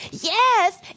yes